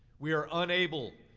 we are unable,